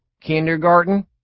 Kindergarten